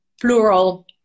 plural